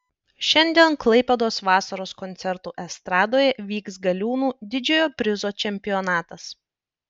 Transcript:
šiandien klaipėdos vasaros koncertų estradoje vyks galiūnų didžiojo prizo čempionatas